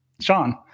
Sean